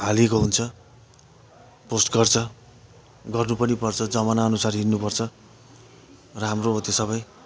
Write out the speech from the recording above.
हालेको हुन्छ पोस्ट गर्छ गर्नु पनि पर्छ जमाना अनुसार हिँड्नुपर्छ राम्रो हो त्यो सबै